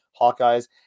Hawkeyes